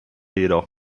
jedoch